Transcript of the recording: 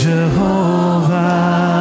Jehovah